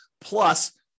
plus